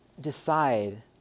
decide